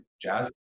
jazz